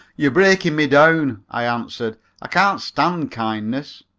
you're breaking me down, i answered i can't stand kindness.